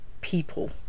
people